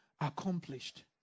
accomplished